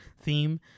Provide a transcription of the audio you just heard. theme